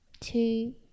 two